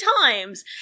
times